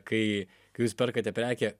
kai kai jūs perkate prekę